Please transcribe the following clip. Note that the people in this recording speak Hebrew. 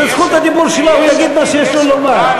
זאת זכות הדיבור שלו, הוא יגיד מה שיש לו לומר.